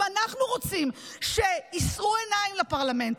אם אנחנו רוצים שיישאו עיניים לפרלמנט,